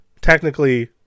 technically